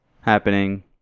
happening